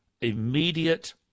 immediate